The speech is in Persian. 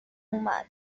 اومد